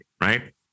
right